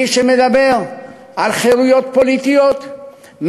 מי שמדבר על חירויות פוליטיות,